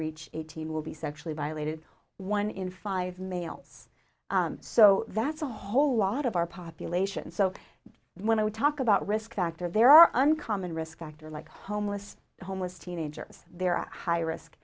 reach eighteen will be sexually violated one in five males so that's a whole lot of our population so when we talk about risk factor there are uncommon risk factors like homeless homeless teenagers they're at high risk